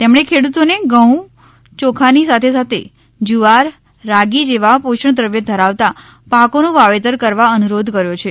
તેમણે ખેડૂતોને ઘંઉ ચોખાની સાથે સાથે જુવાર રાગી જેવા પોષણદ્રવ્ય ધરાવતા પાકોનું વાવેતર કરવા અનુરોધ કર્યો છે